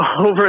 over